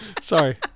sorry